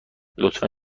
لطفا